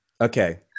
Okay